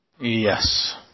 Yes